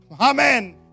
Amen